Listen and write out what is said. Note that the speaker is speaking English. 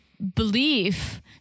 Belief